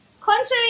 Contrary